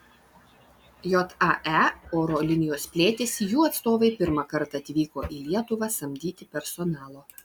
jae oro linijos plėtėsi jų atstovai pirmą kartą atvyko į lietuvą samdyti personalo